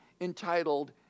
entitled